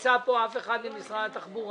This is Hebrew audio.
פניות מספר 422 עד 423 נתקבלו.